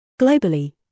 Globally